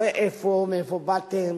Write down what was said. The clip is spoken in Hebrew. הרי מאיפה באתם?